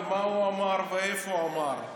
מה הוא אמר ואיפה הוא אמר.